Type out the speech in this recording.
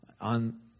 on